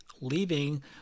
leaving